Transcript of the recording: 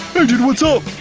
dude, what's up?